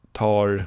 tar